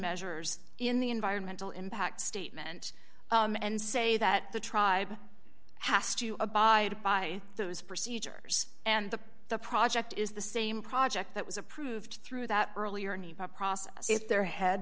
measures in the environmental impact statement and say that the tribe has to abide by those procedures and the the project is the same project that was approved through that earlier process if there had